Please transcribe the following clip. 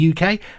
UK